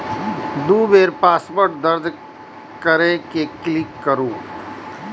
दू बेर पासवर्ड दर्ज कैर के क्लिक करू